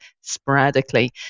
sporadically